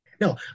No